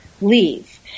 leave